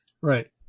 Right